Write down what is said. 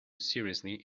seriously